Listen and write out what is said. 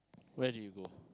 where did you go